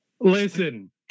Listen